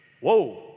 Whoa